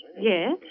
Yes